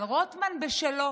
אבל רוטמן בשלו,